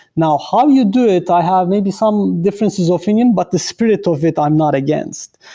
now, how you do it, i have maybe some differences of opinion, but the spirit of it i'm not against.